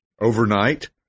overnight